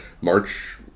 March